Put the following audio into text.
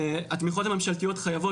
התמיכות הממשלתיות חייבות,